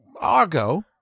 Argo